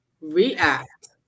react